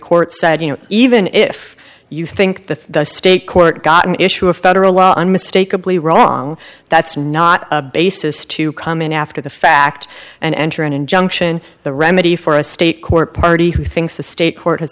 court said you know even if you think the state court got an issue a federal law unmistakably wrong that's not a basis to come in after the fact and enter an injunction the remedy for a state court party who thinks the state court has